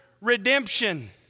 redemption